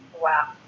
Wow